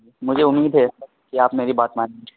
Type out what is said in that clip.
مجھے امید ہے کہ آپ میری بات مانیں گے